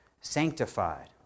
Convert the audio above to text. sanctified